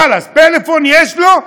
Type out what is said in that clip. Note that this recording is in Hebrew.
חלאס, פלאפון יש לו?